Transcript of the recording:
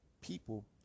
people